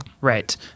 Right